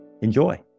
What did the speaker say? Enjoy